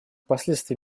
последствий